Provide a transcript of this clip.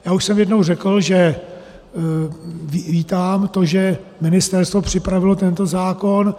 Já už jsem jednou řekl, že vítám to, že ministerstvo připravilo tento zákon.